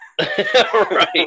Right